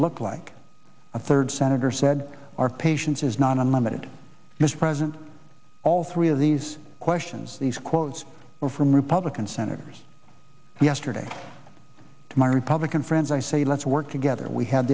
look like a third senator said our patience is not unlimited mr president all three of these questions these quotes were from republican senators yesterday to my republican friends i say let's work together we had